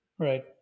Right